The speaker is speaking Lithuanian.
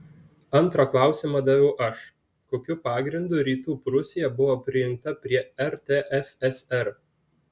antrą klausimą daviau aš kokiu pagrindu rytų prūsija buvo prijungta prie rtfsr